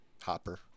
hopper